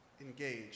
engage